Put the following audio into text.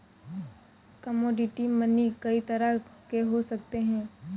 commodity money कई तरह के हो सकते हैं